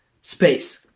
space